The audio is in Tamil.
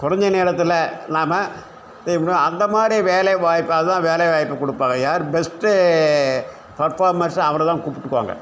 குறஞ்ச நேரத்தில் நாம் ஏ ம அந்த மாதிரி வேலைவாய்ப்பு அதுதான் வேலைவாய்ப்பு கொடுப்பாங்க யார் பெஸ்ட்டு பர்ஃபாமர்ஸோ அவரைதான் கூப்பிட்டுக்குவாங்க